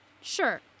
Sure